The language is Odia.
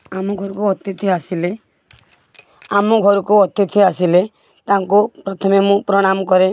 ଆମ ଘରକୁ ଅତିଥି ଆସିଲେ ଆମ ଘରକୁ ଅତିଥି ଆସିଲେ ତାଙ୍କୁ ପ୍ରଥମେ ମୁଁ ପ୍ରଣାମ କରେ